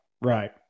right